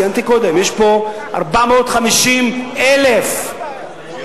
ציינתי קודם: יש פה 450,000